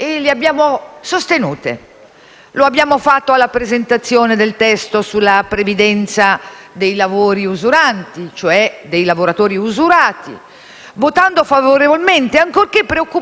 Lo abbiamo fatto alla presentazione del testo sulla previdenza dei lavori usuranti, cioè dei lavoratori usurati, votando favorevolmente ancorché preoccupati da un testo che rischia,